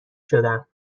شدم